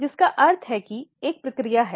जिसका अर्थ है कि एक प्रक्रिया है